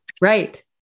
right